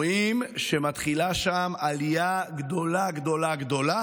רואים שמתחילה שם עלייה גדולה גדולה.